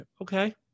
okay